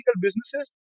businesses